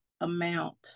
amount